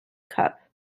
cup